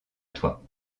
toi